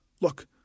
Look